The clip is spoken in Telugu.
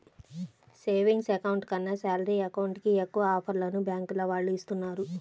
సేవింగ్స్ అకౌంట్ కన్నా శాలరీ అకౌంట్ కి ఎక్కువ ఆఫర్లను బ్యాంకుల వాళ్ళు ఇస్తున్నారు